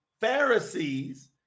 Pharisees